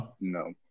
No